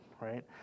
right